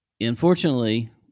unfortunately